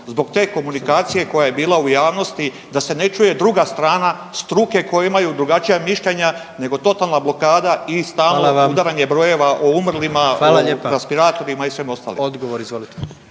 zbog te komunikacije koja je bila u javnosti da se ne čuje druga strana struke koja imaju drugačija mišljenja nego totalna blokada i stalno udaranje brojeva o umrlima, o respiratorima i svemu ostalom?